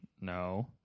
No